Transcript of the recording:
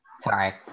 Sorry